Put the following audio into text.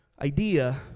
idea